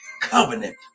covenant